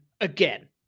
again